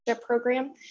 Program